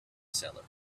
seller